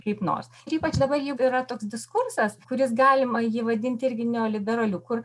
kaip nors ypač dabar jau yra toks diskursas kuris galima jį vadinti irgi neoliberaliu kur